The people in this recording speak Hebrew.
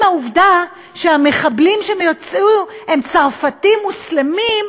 העובדה שהמחבלים שיצאו הם צרפתים-מוסלמים,